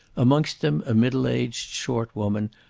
amongst them a middle-aged, short woman,